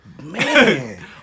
Man